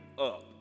up